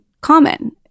common